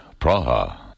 Praha